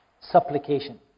supplication